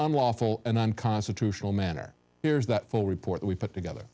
unlawful and unconstitutional manner here's that full report we put together